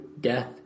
death